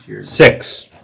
Six